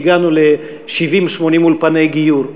והגענו ל-70 80 אולפני גיור.